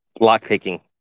lockpicking